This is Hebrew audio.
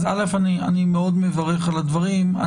אני מאוד מברך על הדברים.